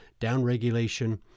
downregulation